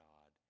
God